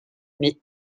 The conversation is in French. mais